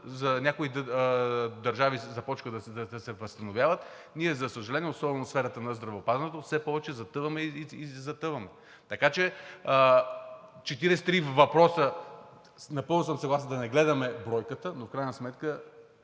не някои държави започнаха да се възстановяват, а ние, за съжаление, особено в сферата на здравеопазването, все повече затъваме и затъваме. Така че 43 въпроса – напълно съм съгласен да не гледаме бройката, но в крайна сметка